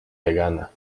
vegana